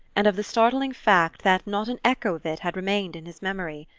and of the startling fact that not an echo of it had remained in his memory.